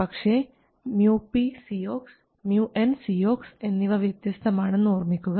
പക്ഷേ µpcox µncox എന്നിവ വ്യത്യസ്തമാണെന്ന് ഓർമ്മിക്കുക